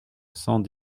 cent